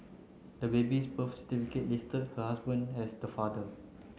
the baby's birth certificate listed her husband as the father